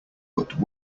but